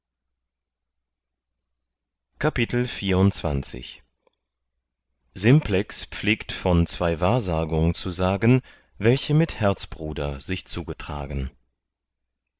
simplex pflegt von zwei wahrsagung zu sagen welche mit herzbruder sich zugetragen